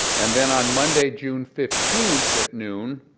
and then on monday, june fifteenth at noon,